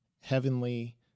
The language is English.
heavenly